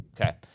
Okay